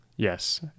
Yes